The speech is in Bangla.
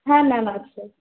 হ্যাঁ ম্যাম অবশ্যই